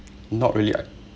not really i~